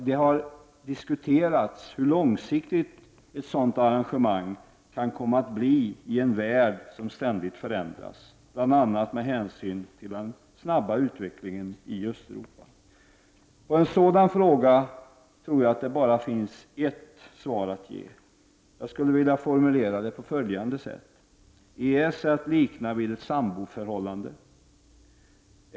Det har diskuterats hur långsiktigt ett sådant arrangemang kan komma att bli i en värld som ständigt förändras, bl.a. med hänsyn till den snabba utvecklingen i Östeuropa. På en sådan fråga tror jag att det bara finns ett svar att ge. Jag skulle vilja formulera det på följande sätt. EES är att likna vid ett samboförhållande.